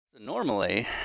Normally